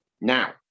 now